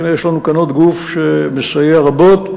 הנה, יש לנו כאן עוד גוף שמסייע רבות.